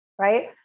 right